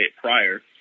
prior